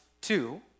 two